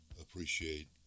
appreciate